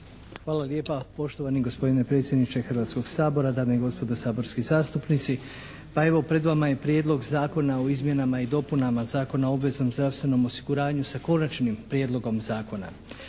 Hvala lijepa, poštovani gospodine predsjedniče Hrvatskog sabora, dame i gospodo saborski zastupnici. Pa evo pred vama je Prijedlog zakona o izmjenama i dopunama Zakona o obveznom zdravstvenom osiguranju sa Konačnim prijedlogom zakona.